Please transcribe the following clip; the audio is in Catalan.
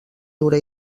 dura